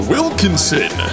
Wilkinson